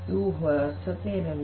ಇವು ಹೊಸತವೇನಲ್ಲ